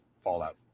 Fallout